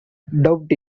doubt